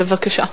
בבקשה.